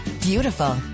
beautiful